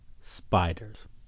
spiders